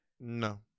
No